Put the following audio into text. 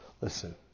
Listen